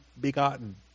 begotten